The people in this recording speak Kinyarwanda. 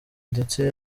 ndetse